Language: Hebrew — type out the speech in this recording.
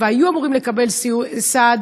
והיו אמורים לקבל סעד,